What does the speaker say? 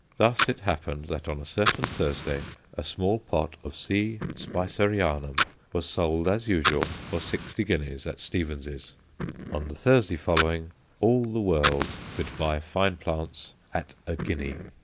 thus it happened that on a certain thursday a small pot of c. spicerianum was sold, as usual, for sixty guineas at stevens's on the thursday following all the world could buy fine plants at a guinea.